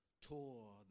tore